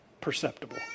perceptible